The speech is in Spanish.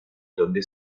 donde